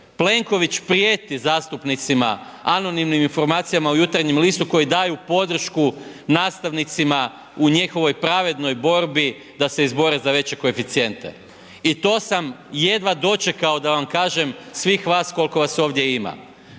Plenković prijeti zastupnicima anonimnim informacijama u Jutarnjem listu koji daju podršku nastavnicima u njihovoj pravednoj borbi da se izbore za veće koeficijente. I to sam jedva dočekao da vam kažem svih vas koliko vas ovdje ima.